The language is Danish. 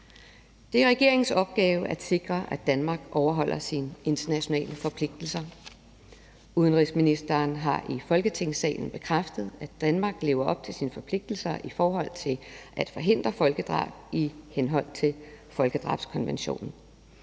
Det er regeringens opgave at sikre, at Danmark overholder sine internationale forpligtelser. Udenrigsministeren har i Folketingssalen bekræftet, at Danmark lever op til sine forpligtelser i forhold til at forhindre folkedrab i henhold til folkedrabskonventionen.